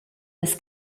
las